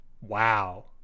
Wow